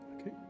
Okay